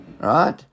right